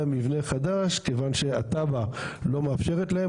מבנה חדש כיוון שהתב"ע לא מאפשרת להם,